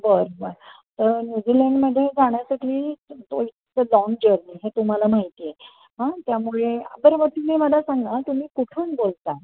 ह बरं बरं तर न्यूझीलँडमध्ये जाण्यासाठी इट्स द लॉन्ग जर्नी हे तुम्हाला माहिती आहे हां त्यामुळे बरं मग तुम्ही मला सांगा तुम्ही कुठून बोलतात